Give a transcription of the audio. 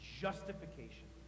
justification